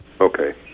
Okay